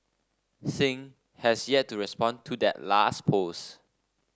Singh has yet to respond to that last post